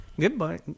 Goodbye